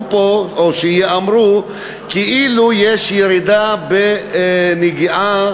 פה או שייאמרו כאילו יש ירידה בפגיעה